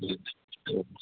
जी हा